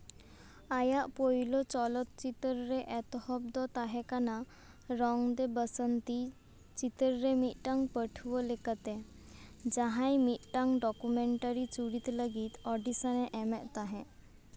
ᱟᱭᱟᱜ ᱯᱳᱭᱞᱳ ᱪᱚᱞᱚᱛ ᱪᱤᱛᱟᱹᱨ ᱨᱮ ᱮᱛᱚᱦᱚᱵ ᱫᱚ ᱛᱟᱦᱮᱸ ᱠᱟᱱᱟ ᱨᱚᱝ ᱫᱮ ᱵᱟᱥᱚᱱᱛᱤ ᱪᱤᱛᱟᱹᱨ ᱨᱮ ᱢᱤᱫᱴᱟᱝ ᱯᱟᱹᱴᱷᱩᱣᱟᱹ ᱞᱮᱠᱟᱛᱮ ᱡᱟᱦᱟᱸᱭ ᱢᱤᱫᱴᱟᱝ ᱰᱚᱠᱩᱢᱮᱱᱴᱨᱤ ᱥᱩᱵᱤᱫᱟ ᱞᱟᱹᱜᱤᱫ ᱚᱰᱤᱥᱚᱱ ᱮ ᱮᱢᱮᱫ ᱛᱟᱦᱮᱸᱫ